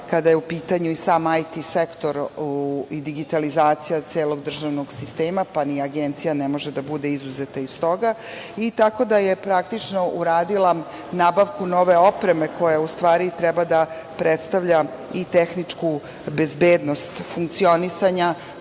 je u pitanju i sam IT sektor i digitalizacija celog državnog sistema, pa ni Agencija ne može da bude izuzeta iz toga. Tako da je praktično uradila nabavku nove opreme koja u stvari treba da predstavlja i tehničku bezbednost funkcionisanja